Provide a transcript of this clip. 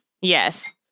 Yes